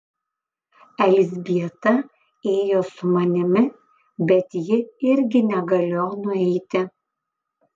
elzbieta ėjo su manimi bet ji irgi negalėjo nueiti